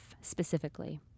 specifically